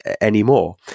anymore